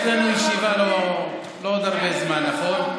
יש לנו ישיבה לא עוד הרבה זמן, נכון?